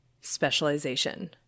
specialization